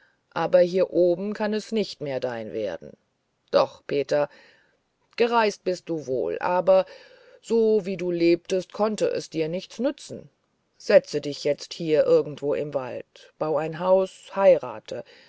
aber hier oben kann es nicht mehr dein werden doch peter gereist bist du wohl aber so wie du lebtest konnte es dich nichts nützen setze dich jetzt hier irgendwo im wald bau ein haus heirate